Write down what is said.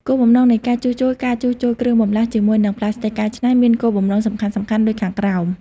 គោលបំណងនៃការជួសជុលការជួសជុលគ្រឿងបន្លាស់ជាមួយនឹងផ្លាស្ទិកកែច្នៃមានគោលបំណងសំខាន់ៗដូចខាងក្រោម